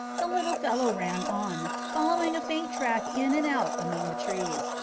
the little fellow ran on, following a faint track in and out among the trees,